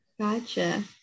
gotcha